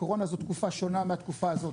הקורונה זו תקופה שונה מהתקופה הזאת.